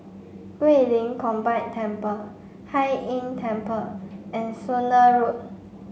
Guilin Combined Temple Hai Inn Temple and Spooner Road